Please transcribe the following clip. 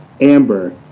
Amber